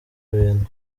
ibintu